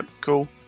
Cool